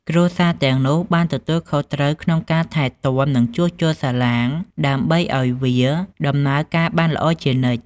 គ្រួសារទាំងនោះបានទទួលខុសត្រូវក្នុងការថែទាំនិងជួសជុលសាឡាងដើម្បីឱ្យវាដំណើរការបានល្អជានិច្ច។